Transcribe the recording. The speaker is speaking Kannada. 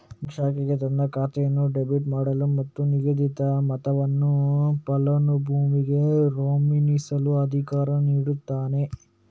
ಬ್ಯಾಂಕ್ ಶಾಖೆಗೆ ತನ್ನ ಖಾತೆಯನ್ನು ಡೆಬಿಟ್ ಮಾಡಲು ಮತ್ತು ನಿಗದಿತ ಮೊತ್ತವನ್ನು ಫಲಾನುಭವಿಗೆ ರವಾನಿಸಲು ಅಧಿಕಾರ ನೀಡುತ್ತಾನೆ